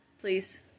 please